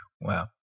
Wow